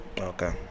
Okay